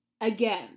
Again